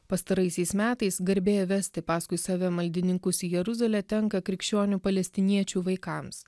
pastaraisiais metais garbė vesti paskui save maldininkus į jeruzalę tenka krikščionių palestiniečių vaikams